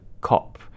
cop